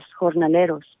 jornaleros